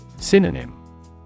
Synonym